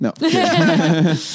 no